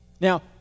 Now